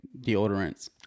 deodorants